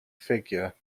figure